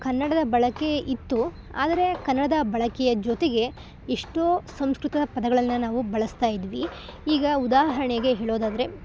ಕನ್ನಡದ ಬಳಕೆ ಇತ್ತು ಆದರೆ ಕನ್ನಡದ ಬಳಕೆಯ ಜೊತೆಗೆ ಎಷ್ಟೋ ಸಂಸ್ಕೃತ ಪದಗಳನ್ನು ನಾವು ಬಳಸ್ತಾ ಇದ್ವಿ ಈಗ ಉದಾಹರಣೆಗೆ ಹೇಳೋದಾದರೆ